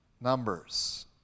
Numbers